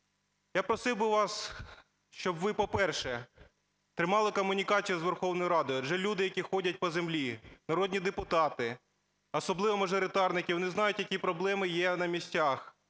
Я просив би вас, щоб ви, по-перше, тримали комунікацію з Верховною Радою. Адже люди, які ходять по землі, народні депутати, особливо мажоритарники, вони знають, які проблеми є на місцях: